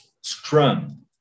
Scrum